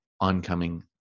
oncoming